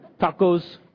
tacos